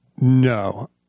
No